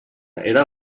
era